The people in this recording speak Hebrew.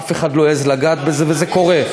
אף אחד לא העז לגעת בזה, וזה קורה.